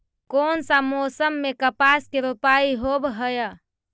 कोन सा मोसम मे कपास के रोपाई होबहय?